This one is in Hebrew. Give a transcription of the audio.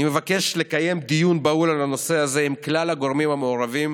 אני מבקש לקיים דיון בהול על הנושא הזה עם כלל הגורמים המעורבים